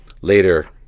Later